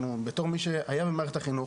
בתור מי שהיה במערכת החינוך,